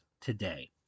today